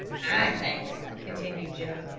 i think, continued joe,